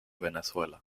venezuela